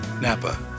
Napa